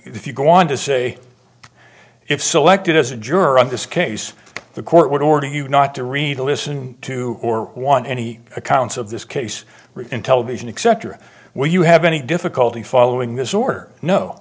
if you go on to say if selected as a juror on this case the court would order you not to read or listen to or want any accounts of this case in television except or where you have any difficulty following this or kno